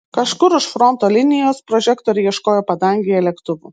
kažkur už fronto linijos prožektoriai ieškojo padangėje lėktuvų